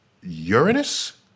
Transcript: Uranus